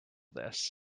this